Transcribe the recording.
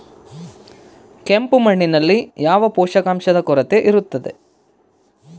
ಕೆಂಪು ಮಣ್ಣಿನಲ್ಲಿ ಯಾವ ಪೋಷಕಾಂಶದ ಕೊರತೆ ಇರುತ್ತದೆ?